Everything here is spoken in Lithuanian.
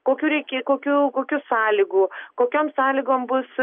kokių reikia kokių kokių sąlygų kokiom sąlygom bus